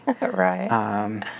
Right